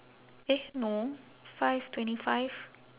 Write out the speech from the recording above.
eh no five twenty five